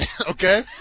okay